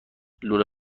لوله